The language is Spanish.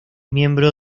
miembro